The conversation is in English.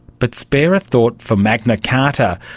but spare a thought for magna carta,